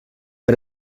per